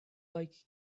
like